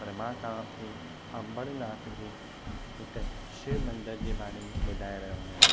पर मा तव्हां खे अंबरनाथ जे हिकु शिव मंदरु जे बारे में ॿुधाए रहियो आहियां